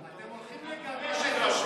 אתם הולכים לגרש את תושבי אביתר?